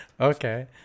okay